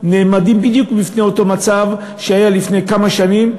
עומדים בדיוק בפני אותו מצב שהיה לפני כמה שנים.